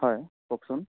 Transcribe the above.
হয় কওকচোন